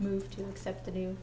moved to accept the new